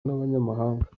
n’abanyamahanga